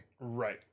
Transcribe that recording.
Right